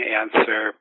answer